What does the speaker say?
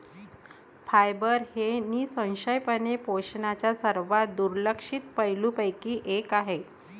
fibre हे निःसंशयपणे पोषणाच्या सर्वात दुर्लक्षित पैलूंपैकी एक आहे